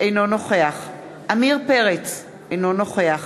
אינו נוכח עמיר פרץ, אינו נוכח